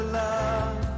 love